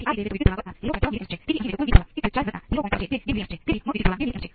તે ઝડપથી અથવા ધીમે ધીમે થાય છે